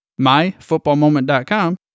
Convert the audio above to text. myfootballmoment.com